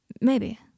Maybe